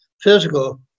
physical